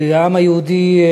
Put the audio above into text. העם היהודי,